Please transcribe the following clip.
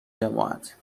جماعت